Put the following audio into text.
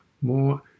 more